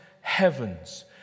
heavens